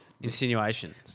insinuations